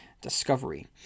Discovery